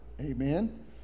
Amen